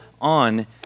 on